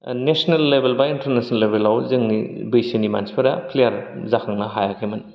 national level बा international लेबेलाव जोंनि बैसोनि मानसिफोरा प्लेयार जाखांनो हायाखैमोन